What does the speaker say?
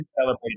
celebrate